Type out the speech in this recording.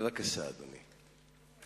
בבקשה, אדוני.